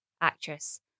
Actress